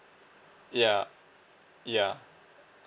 ya ya